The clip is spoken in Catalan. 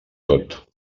tot